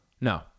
no